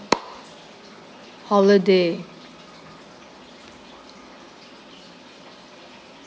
holiday